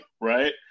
right